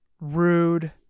Rude